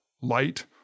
light